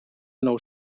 nou